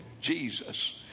Jesus